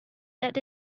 that